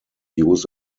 use